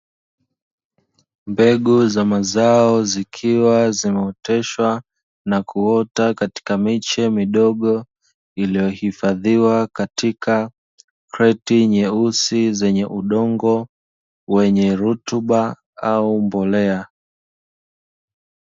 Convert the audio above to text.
Mbegu za mazao zikiwa zimeoteshwa na kuota katika miche midogo iliyohifadhiwa katika kreti nyeusi zenye udongo wenye rutuba au mbolea.